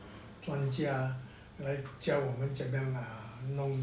专家来教我们这么弄